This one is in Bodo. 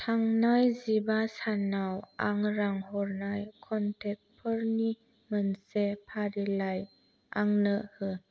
थांनाय जिबा सानाव आं रां हरनाय कनटेक्टफोरनि मोनसे फारिलाइ आंनो हो